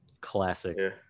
Classic